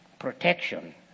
Protection